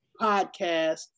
Podcast